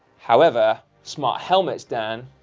however, smart helmets, dan,